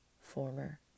Former